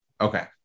Okay